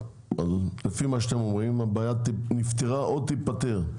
לפי מה שאתם אומרים, הבעיה נפתרה או תיפתר.